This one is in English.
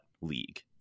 league